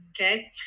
Okay